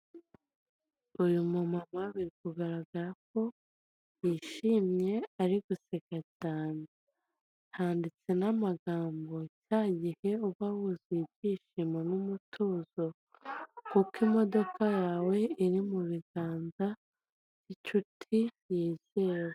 Iyi ni inzu ya etaje ifite amarangi y'umweru ifite inzugi ziriho irange ry'umweru hariho n'icyapa cyanditseho Nyamirambo.